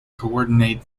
coordinate